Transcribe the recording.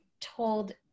told